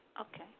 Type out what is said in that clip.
Okay